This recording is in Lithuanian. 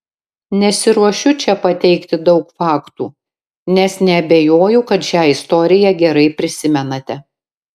nesiruošiu čia pateikti daug faktų nes neabejoju kad šią istoriją gerai prisimenate